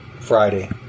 Friday